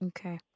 Okay